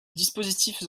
dispositifs